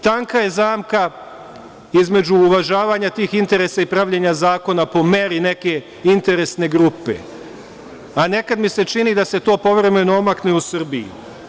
Tanka je zamka između uvažavanja tih interesa i pravljenja zakona po meri neke interesne grupe, a nekad mi se čini da se to povremeno omakne u Srbiji.